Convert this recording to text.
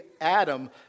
Adam